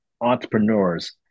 entrepreneurs